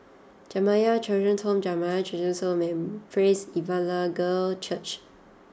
Jamiyah Children's Home Jamiyah Children's Home and Praise Evangelical Church